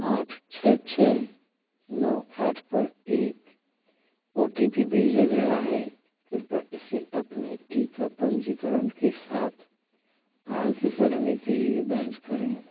आठ छः छः नौ आठ पर एक ओ टी पी भेजा गया है कृपया इसे अपने टीका पंजीकरण के साथ आगे बढ़ने के लिए दर्ज करें